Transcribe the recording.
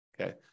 Okay